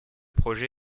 projet